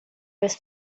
was